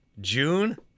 June